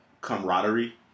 camaraderie